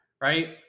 right